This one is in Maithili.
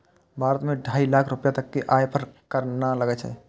भारत मे ढाइ लाख रुपैया तक के आय पर कर नै लागै छै